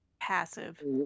Passive